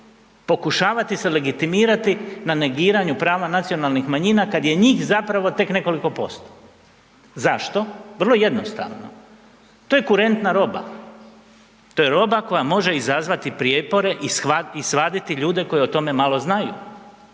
pokušavati se legitimirati na negiranju prava nacionalnih manjina kad je njh zapravo tek nekoliko posto . Zašto? Vrlo jednostavno. To je kurentna roba. To je roba koja može izazvati prijepore i svaditi ljude koji o tome malo znaju.